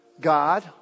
God